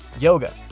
Yoga